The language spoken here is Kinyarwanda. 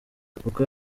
uko